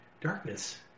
darkness